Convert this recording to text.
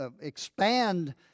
expand